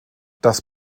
das